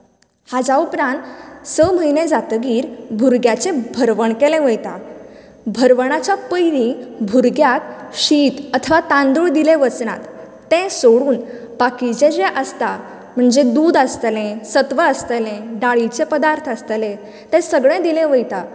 हाच्या उपरांत स म्हयने जातकीर भुरग्यांचे भरवण केलें वयता भरवणाच्या पयली भुरग्यांक शीत अथवा तांदूळ दिले वचनात ते सोडन बाकीचे जे आसता म्हणजे दूद आसतले सत्व आसतले दाळीचे पदार्थ आसतले ते सगळें दिले वयता